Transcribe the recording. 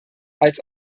als